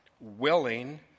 willing